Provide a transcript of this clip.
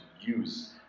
use